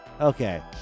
Okay